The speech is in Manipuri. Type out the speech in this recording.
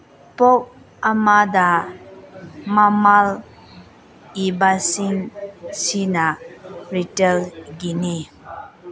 ꯄꯣꯠ ꯑꯃꯗ ꯃꯃꯜ ꯏꯕꯁꯤꯡ ꯁꯤꯅ ꯔꯤꯇꯦꯜꯒꯤꯅꯤ